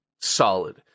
solid